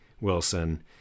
Wilson